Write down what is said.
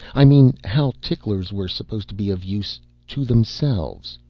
i mean how ticklers were supposed to be of use to themselves.